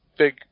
big